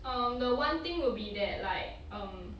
um the one thing would be that like um